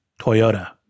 Toyota